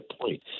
point